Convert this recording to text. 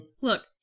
Look